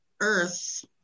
Earth